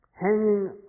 hanging